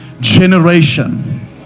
generation